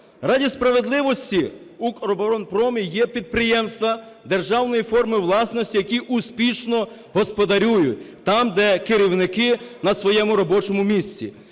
Ради справедливості, в "Укроборонпромі" є підприємства державної форми власності, які успішно господарюють, там, де керівники на своєму робочому місці,